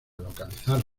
localizar